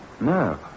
no